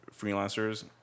freelancers